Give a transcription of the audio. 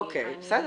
אוקיי, בסדר.